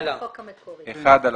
אנחנו